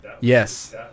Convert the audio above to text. Yes